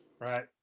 Right